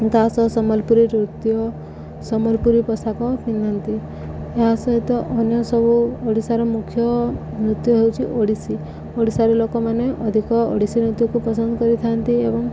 ତା ସହ ସମ୍ବଲପୁରୀ ନୃତ୍ୟ ସମ୍ବଲପୁରୀ ପୋଷାକ ପିନ୍ଧନ୍ତି ଏହା ସହିତ ଅନ୍ୟ ସବୁ ଓଡ଼ିଶାର ମୁଖ୍ୟ ନୃତ୍ୟ ହେଉଛି ଓଡ଼ିଶୀ ଓଡ଼ିଶାର ଲୋକମାନେ ଅଧିକ ଓଡ଼ିଶୀ ନୃତ୍ୟକୁ ପସନ୍ଦ କରିଥାନ୍ତି ଏବଂ